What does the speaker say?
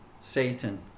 Satan